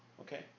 Okay